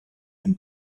den